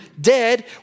dead